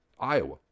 Iowa